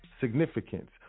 significance